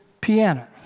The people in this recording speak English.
piano